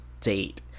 date